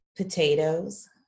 potatoes